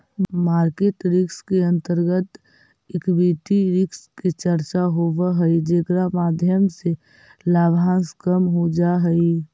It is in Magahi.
मार्केट रिस्क के अंतर्गत इक्विटी रिस्क के चर्चा होवऽ हई जेकरा माध्यम से लाभांश कम हो जा हई